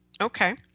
okay